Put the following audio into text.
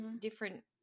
different